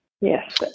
Yes